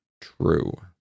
true